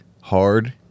hard